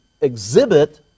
exhibit